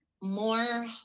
more